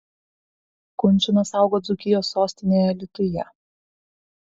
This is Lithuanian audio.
kunčinas augo dzūkijos sostinėje alytuje